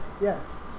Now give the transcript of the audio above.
yes